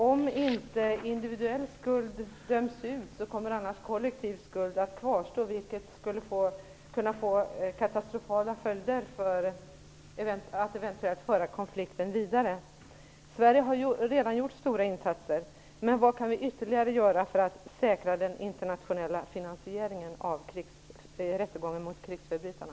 Om inte individuell skuld döms ut, kommer kollektiv skuld att tas ut, vilket skulle kunna få katastrofala följder och eventuellt föra konflikten vidare. Sverige har redan gjort stora insatser, men vad kan vi ytterligare göra för att säkra den internationella finansieringen av rättegången mot krigsförbrytarna?